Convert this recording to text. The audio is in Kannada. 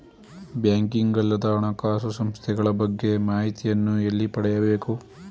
ಬ್ಯಾಂಕಿಂಗ್ ಅಲ್ಲದ ಹಣಕಾಸು ಸಂಸ್ಥೆಗಳ ಬಗ್ಗೆ ಮಾಹಿತಿಯನ್ನು ಎಲ್ಲಿ ಪಡೆಯಬೇಕು?